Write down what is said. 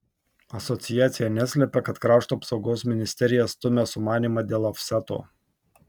asociacija neslepia kad krašto apsaugos ministerija stumia sumanymą dėl ofseto